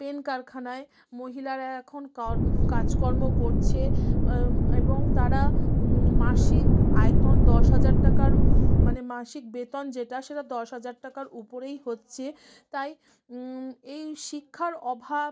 pen কারখানায় মহিলারা এখন কার্ম কাজকর্ম করছে এবং তারা মাসিক আয়তন দশ হাজার টাকার মানে মাসিক বেতন যেটা সেটা দশ হাজার টাকার উপরেই হচ্ছে তাই এই শিক্ষার অভাব